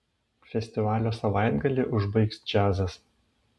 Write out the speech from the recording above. festivalio savaitgalį užbaigs džiazas